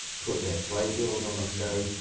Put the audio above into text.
put their playbills on the stage.